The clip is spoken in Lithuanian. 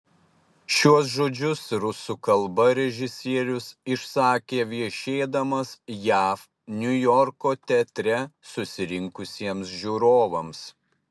šiuos žodžius rusų kalba režisierius išsakė viešėdamas jav niujorko teatre susirinkusiems žiūrovams